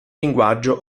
linguaggio